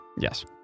Yes